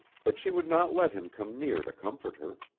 but she would not let him come near to comfort her.